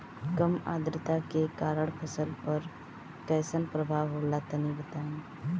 कम आद्रता के कारण फसल पर कैसन प्रभाव होला तनी बताई?